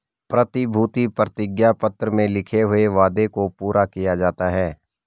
प्रतिभूति प्रतिज्ञा पत्र में लिखे हुए वादे को पूरा किया जाता है